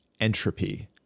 entropy